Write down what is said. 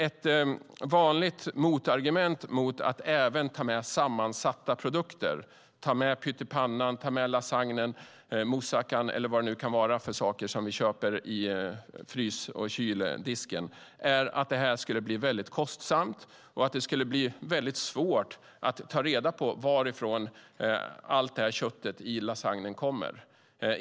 Ett vanligt motargument mot att även ta med sammansatta produkter, till exempel pyttipanna, lasagne, moussaka eller vad det kan vara som vi köper i frys eller kyldisken, är att det skulle bli mycket kostsamt och mycket svårt att ta reda på varifrån allt kött i lasagnen kommer.